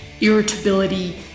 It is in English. irritability